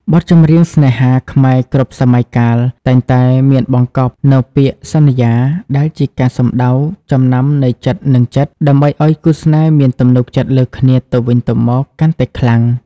បទចម្រៀងស្នេហាខ្មែរគ្រប់សម័យកាល តែងតែមានបង្កប់នូវពាក្យ "សន្យា" ដែលជាការដៅចំណាំនៃចិត្តនិងចិត្ត ដើម្បីឱ្យគូស្នេហ៍មានទំនុកចិត្តលើគ្នាទៅវិញទៅមកកាន់តែខ្លាំង។